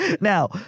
now